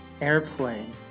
airplane